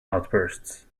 outbursts